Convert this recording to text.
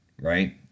Right